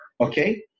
okay